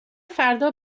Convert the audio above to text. فردا